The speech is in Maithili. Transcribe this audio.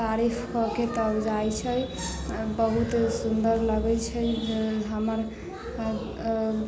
तारीफ कऽ के तब जाइत छै बहुत सुन्दर लगैत छै जे हमर